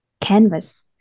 canvas